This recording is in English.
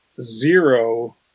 zero